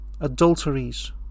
adulteries